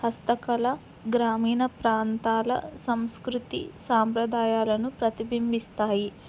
హస్తకళ గ్రామీణ ప్రాంతాల సంస్కృతి సాంప్రదాయాలను ప్రతిబింబిస్తాయి